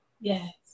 Yes